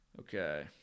Okay